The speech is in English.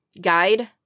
guide